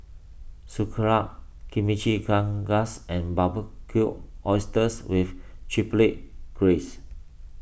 Sauerkraut Chimichangas and Barbecued Oysters with Chipotle Graze